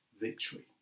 victory